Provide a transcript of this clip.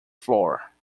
floor